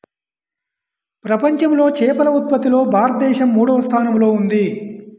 ప్రపంచంలో చేపల ఉత్పత్తిలో భారతదేశం మూడవ స్థానంలో ఉంది